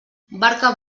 barca